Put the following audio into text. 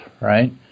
right